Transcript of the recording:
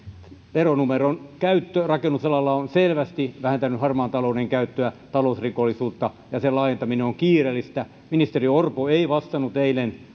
veronumeron käyttö rakennusalalla on selvästi vähentänyt harmaan talouden käyttöä talousrikollisuutta ja sen laajentaminen on kiireellistä ministeri orpo ei vastannut eilen